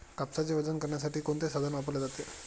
कापसाचे वजन करण्यासाठी कोणते साधन वापरले जाते?